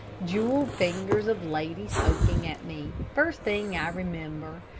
jewelled fingers of ladies poking at me, first thing i remember.